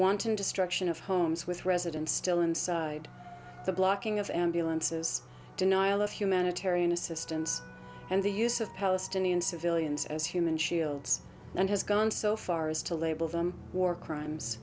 wanton destruction of homes with residents still inside the blocking of ambulances denial of humanitarian assistance and the use of palestinian civilians as human shields and has gone so far as to label them war crimes